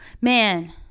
man